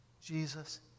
Jesus